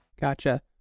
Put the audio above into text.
Gotcha